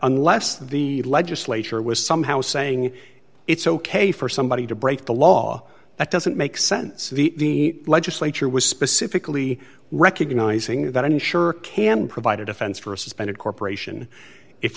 unless the legislature was somehow saying it's ok for somebody to break the law that doesn't make sense the legislature was specifically recognizing that an insurer can provide a defense for a suspended corporation if